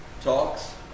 talks